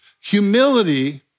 Humility